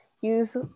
use